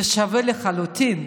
זה שווה לחלוטין.